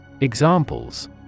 Examples